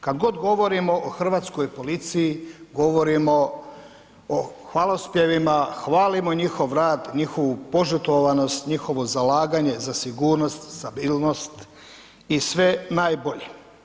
Kada god govorimo o hrvatskoj policiji, govorimo o hvalospjevima, hvalimo njihov rad, njihovu požrtvovanost, njihovo zalaganje za sigurnost, stabilnost i sve najbolje.